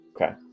Okay